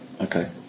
okay